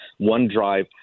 OneDrive